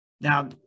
Now